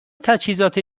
تجهیزات